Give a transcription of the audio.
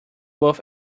both